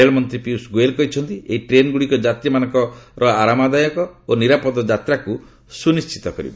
ରେଳମନ୍ତ୍ରୀ ପିୟୁଷ ଗୋଏଲ କହିଛନ୍ତି ଏହି ଟ୍ରେନଗୁଡିକ ଯାତ୍ରୀମାନଙ୍କ ଆରାମଦାୟକ ଓ ନିରାପଦ ଯାତ୍ରାକୁ ସୁନିଶ୍ଚିତ କରିବ